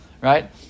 right